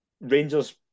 Rangers